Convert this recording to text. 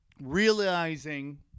realizing